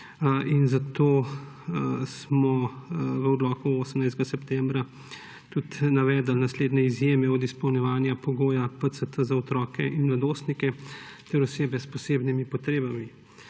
Zato smo v odloku 18. septembra tudi navedli naslednje izjeme od izpolnjevanja pogoja PCT za otroke in mladostnike ter osebe s posebnimi potrebami.